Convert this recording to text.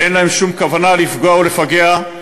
ואין להם שום כוונה לפגוע ולפגע,